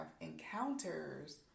encounters